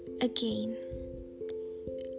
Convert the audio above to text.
again